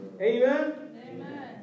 Amen